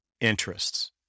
interests